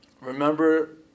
Remember